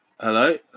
hello